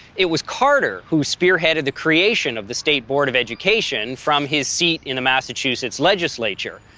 it was carter who spearheaded the creation of the state board of education, from his seat in the massachusetts legislature.